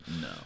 No